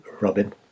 Robin